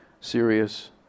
serious